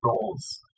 goals